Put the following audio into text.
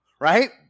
right